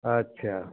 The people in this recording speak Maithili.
अच्छा